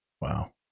Wow